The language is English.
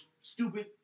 stupid –